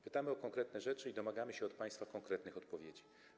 Pytamy o konkretne rzeczy i domagamy się od państwa konkretnych odpowiedzi.